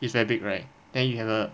is very big right then you have a